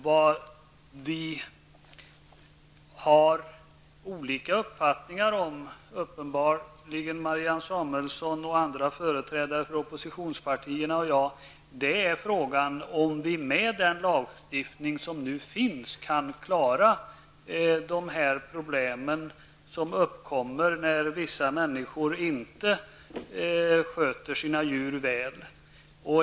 Vad vi uppenbarligen har olika uppfattning om, Marianne Samuelsson och andra företrädare för oppositionspartierna och jag, är frågan om vi med den lagstiftning som finns kan klara de problem som uppkommer när vissa människor inte sköter sina djur väl.